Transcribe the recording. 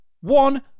One